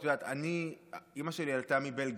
את יודעת, אימא שלי עלתה מבלגיה,